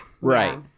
Right